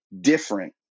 different